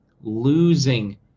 losing